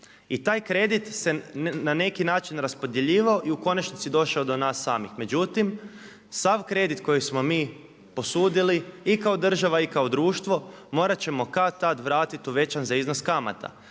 I taj kredit se na neki način raspodjeljivao i u konačnici došao do nas samih, međutim sav kredit koji smo mi posudili i kao država i kao društvo morat ćemo kad-tad vratiti uvećan za iznos kamata.